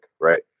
right